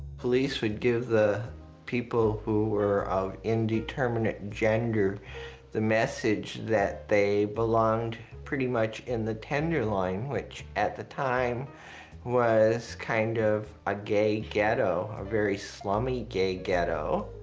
police would give the people who were of indeterminate gender the message that they belonged pretty much in the tenderloin, which at the time was kind of a gay ghetto, a very slummy gay ghetto.